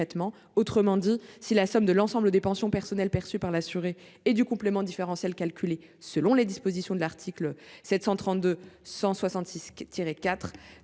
Autrement dit, si la somme de l'ensemble des pensions personnelles perçues par l'assuré et du complément différentiel calculé selon les dispositions de l'article D. 732-166-4